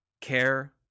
care